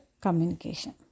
communication